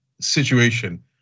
situation